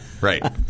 Right